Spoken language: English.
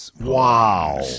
Wow